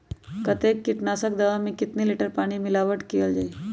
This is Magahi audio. कतेक किटनाशक दवा मे कितनी लिटर पानी मिलावट किअल जाई?